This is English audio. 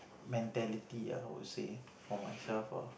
mentality ah I would say for myself ah